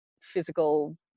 physical